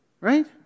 right